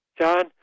John